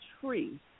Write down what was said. tree